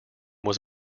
was